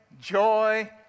joy